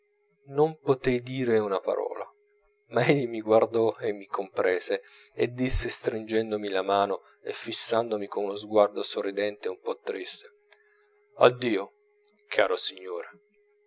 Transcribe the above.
non potei dire una parola ma egli mi guardò e mi comprese e disse stringendomi la mano e fissandomi con uno sguardo sorridente e un po triste addio caro signore